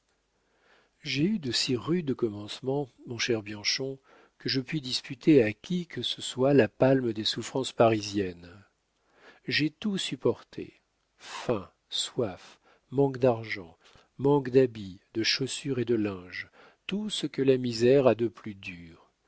j'ai eu de si rudes commencements mon cher bianchon que je puis disputer à qui que ce soit la palme des souffrances parisiennes j'ai tout supporté faim soif manque d'argent manque d'habits de chaussure et de linge tout ce que la misère a de plus dur